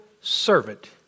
servant